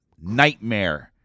Nightmare